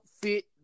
fit